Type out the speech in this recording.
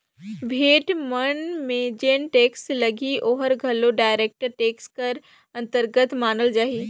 भेंट मन में जेन टेक्स लगही ओहर घलो डायरेक्ट टेक्स कर अंतरगत मानल जाही